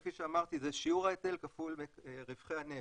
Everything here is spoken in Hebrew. כפי שאמרתי, זה שיעור ההיטל כפול רווחי הנפט.